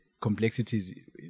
complexities